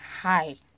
hi